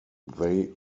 they